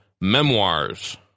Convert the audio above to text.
Memoirs